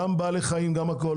בעלי חיים והכל.